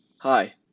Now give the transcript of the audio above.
Hi